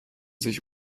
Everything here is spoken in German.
sich